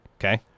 Okay